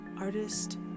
artist